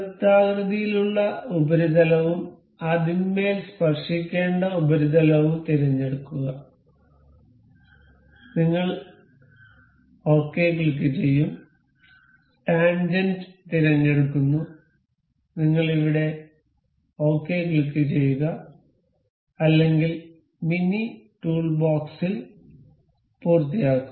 വൃത്താകൃതിയിലുള്ള ഉപരിതലവും അതിന്മേൽ സ്പർശിക്കേണ്ട ഉപരിതലവും തിരഞ്ഞെടുക്കുക നിങ്ങൾ ശരി ക്ലിക്കുചെയ്യും ടാൻജെന്റ് തിരഞ്ഞെടുക്കുന്നു നിങ്ങൾ ഇവിടെ ശരി ക്ലിക്കുചെയ്യുക അല്ലെങ്കിൽ മിനി ടൂൾബോക്സിൽ പൂർത്തിയാക്കുക